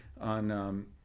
on